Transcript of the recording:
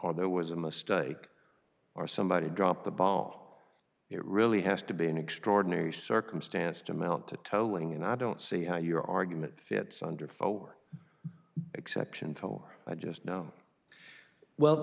are there was a mistake or somebody dropped the ball it really has to be an extraordinary circumstance to mount to tolling and i don't see how your argument fits under for exception for i just know well